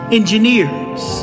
engineers